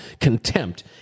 contempt